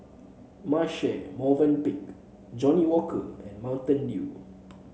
Marche Movenpick Johnnie Walker and Mountain Dew